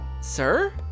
sir